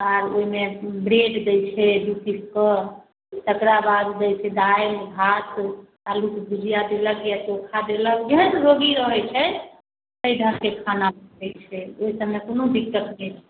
आ ओहिमे ब्रेड दैत छै दू पीस कऽ तकरा बाद दैत छै दालि भात आलूके भुजिया देलक या चोखा देलक जेहन रोगी रहैत छै ताहि ढङ्गके खाना दैत छै ओहि सभमे कोनो दिक्कत नहि छै